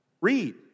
read